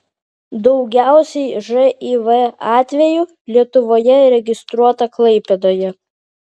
daugiausiai živ atvejų lietuvoje registruota klaipėdoje